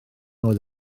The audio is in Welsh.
oedd